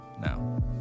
now